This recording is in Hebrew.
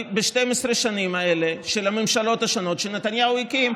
ב-12 השנים האלה של הממשלות השונות שנתניהו הקים,